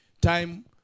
time